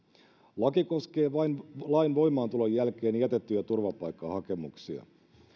laki koskee vain lain voimaantulon jälkeen jätettyjä turvapaikkahakemuksia